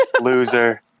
loser